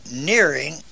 nearing